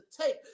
take